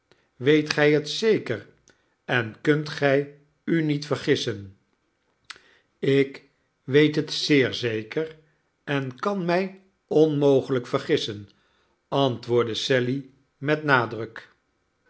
weet gij het zeker en kunt gij u niet vergissen ik weet het zeer zeker en kan mij onmogelijk vergissen antwoordde sally met nadruk